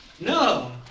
No